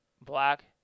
black